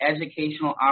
educational